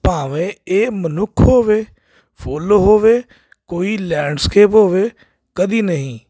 ਭਾਵੇਂ ਇਹ ਮਨੁੱਖ ਹੋਵੇ ਫੁੱਲ ਹੋਵੇ ਕੋਈ ਲੈਂਡਸਕੇਪ ਹੋਵੇ ਕਦੀ ਨਹੀਂ